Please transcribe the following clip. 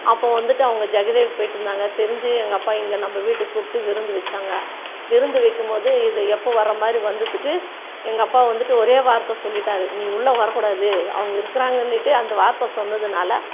அப்போ வந்துட்டு அவங்க ஜெகதியலுக்கு போய்கிட்டு இருந்தாங்க தெரிஞ்சு எங்கள் அப்பா இங்கே நம்ம வீட்டுக்கு கூப்பிட்டு விருந்து வைச்சாங்க விருந்து வைக்கும் போது இது எப்பவும் வர மாதிரி வந்ததுக்கு எங்கள் அப்பா வந்துட்டு ஒரே வார்த்தை சொல்லிவிட்டாரு நீ உள்ளே வரக்கூடாது அவங்க இருக்கிறாங்கனுட்டு அந்த வார்த்தை சொன்னதுனால்